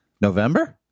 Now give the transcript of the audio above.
November